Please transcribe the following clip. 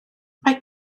mae